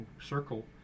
circle